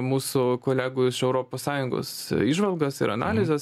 mūsų kolegų iš europos sąjungos įžvalgas ir analizes